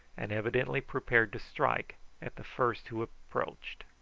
and evidently prepared to strike at the first who approached.